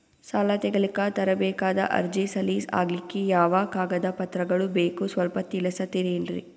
ಸಾಲ ತೆಗಿಲಿಕ್ಕ ತರಬೇಕಾದ ಅರ್ಜಿ ಸಲೀಸ್ ಆಗ್ಲಿಕ್ಕಿ ಯಾವ ಕಾಗದ ಪತ್ರಗಳು ಬೇಕು ಸ್ವಲ್ಪ ತಿಳಿಸತಿರೆನ್ರಿ?